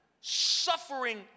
suffering